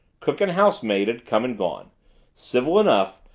cook and housemaid had come and gone civil enough,